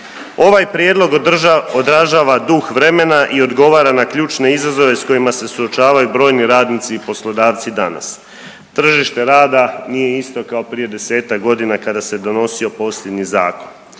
Ovaj prijedlog odražava duh vremena i odgovara na ključne izazove s kojima se suočavaju brojni radnici i poslodavci danas. Tržište rada nije isto kao prije 10-ak godina kada se donosio posljednji zakon.